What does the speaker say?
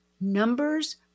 numbers